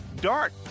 DART